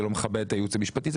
זה לא מכבד את הייעוץ המשפטי,